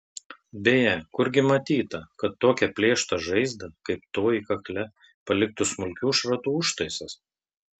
beje kurgi matyta kad tokią plėštą žaizdą kaip toji kakle paliktų smulkių šratų užtaisas